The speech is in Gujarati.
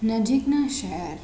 નજીકનાં શહેર